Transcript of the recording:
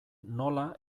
nola